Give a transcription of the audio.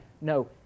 No